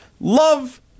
Love